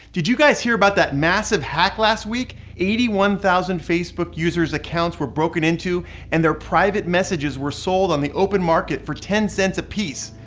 did you guys hear about that massive hack last week? eighty one thousand facebook users accounts were broken into and their private messages were sold on the open market for ten cents apiece.